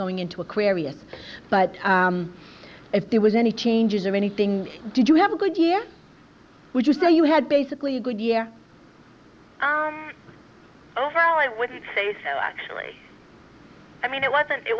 going into aquarius but if there was any changes or anything did you have a good year would you say you had basically a good year overall i would say so actually i mean it wasn't it